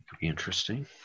Interesting